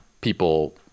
people